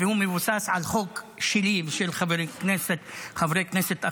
המבוסס על חוק שלי ושל חברי כנסת אחרים,